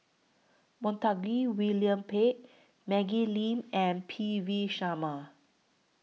Montague William Pett Maggie Lim and P V Sharma